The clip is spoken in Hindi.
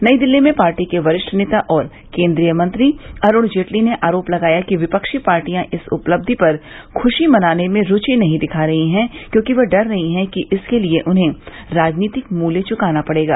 नई दिल्ली में पार्टी के वरिष्ठ नेता और केन्द्रीय मंत्री अरूण जेटली ने आरोप लगाया कि विपक्षी पार्टियां इस उपलब्धि पर खुशी मनाने में रूचि नहीं दिखा रही है क्योंकि वे डर रहीं हैं कि इसके लिए उन्हें राजनीतिक मूल्य चुकाना पड़ेगा